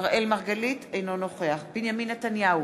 אינו נוכח בנימין נתניהו,